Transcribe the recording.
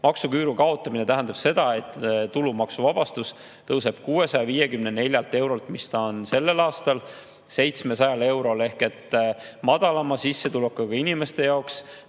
Maksuküüru kaotamine tähendab seda, et tulumaksuvabastus tõuseb 654 eurolt, mis ta on sellel aastal, 700 eurole ehk madalama sissetulekuga inimeste jaoks